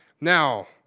Now